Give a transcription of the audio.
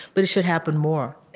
but it should happen more